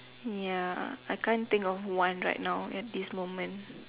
ya I can't think of one right now at this moment